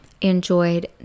enjoyed